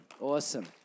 Awesome